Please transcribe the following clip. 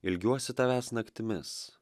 ilgiuosi tavęs naktimis